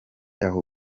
aho